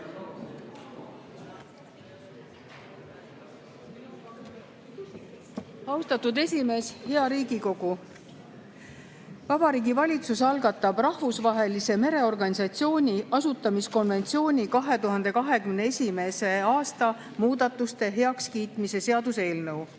Austatud esimees! Hea Riigikogu! Vabariigi Valitsus algatab Rahvusvahelise Mereorganisatsiooni asutamiskonventsiooni 2021. aasta muudatuste heakskiitmise seaduse eelnõu.